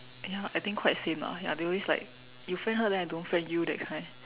ya I think quite same lah ya they always like you friend her then I don't friend you that kind